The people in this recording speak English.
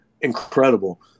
incredible